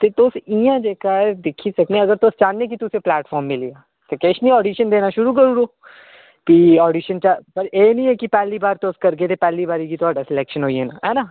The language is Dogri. ते तु'स इ'यां जेह्का ऐ दिक्खी सकने अगर तु'स चाह्न्ने के तु'सेंई प्लैटफॉर्म मिली जा ते किश निं ऑडिशन देना शुरू करी ओड़ो प्ही ऑडिशन चा पर एह् निं ऐ जे पैह्ली बार तु'स करगे ते पैह्ली बारी गै तुआढ़ा स्लैक्शन होई जाना है ना